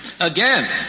Again